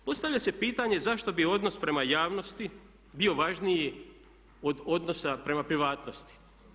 Postavlja se pitanje zašto bi odnos prema javnosti bio važniji od odnosa prema privatnosti.